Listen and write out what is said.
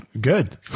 good